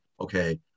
okay